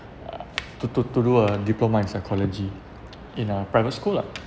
err to to to do a diploma in psychology in a private school lah